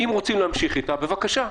אם רוצים להמשיך איתה, בבקשה.